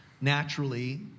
naturally